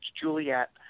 Juliet